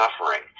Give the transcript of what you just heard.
suffering